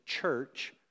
church